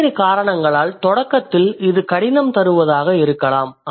பல்வேறு காரணங்களால் தொடக்கத்தில் இது கடினம் தருவதாக இருக்கலாம்